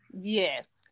yes